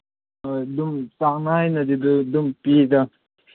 ꯍꯣꯏ ꯑꯗꯨꯝ ꯆꯥꯡ ꯅꯥꯏꯅꯗꯤ ꯑꯗꯨꯗ ꯑꯗꯨꯝ ꯄꯤꯗ